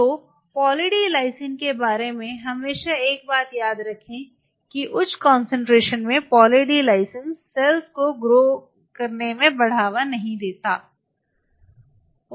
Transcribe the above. तो poly D lysine के बारे में हमेशा एक बात याद रखें कि उच्च कॉन्सेंट्रेशन में पॉली डी लाइसिन सेल विकास को बढ़ावा नहीं देता है